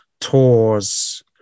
tours